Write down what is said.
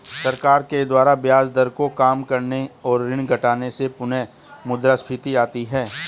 सरकार के द्वारा ब्याज दर को काम करने और ऋण घटाने से पुनःमुद्रस्फीति आती है